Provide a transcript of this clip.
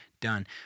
done